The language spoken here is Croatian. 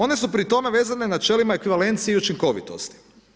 One su pri tome vezane na čelima ekvivalencije i učinkovitosti.